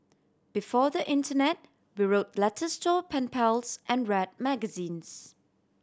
before the internet we wrote letters to our pen pals and read magazines